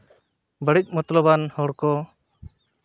ᱵᱟᱹᱲᱤᱡ ᱢᱚᱛᱞᱚᱵ ᱟᱱ ᱦᱚᱲ ᱠᱚ